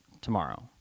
tomorrow